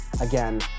again